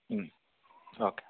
okay